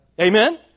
Amen